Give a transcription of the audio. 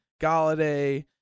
Galladay